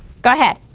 go ahead.